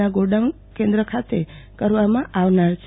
ના ગોડાઉન કેન્દ્રો ખાતે કરવામાં આવનાર છે